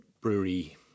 brewery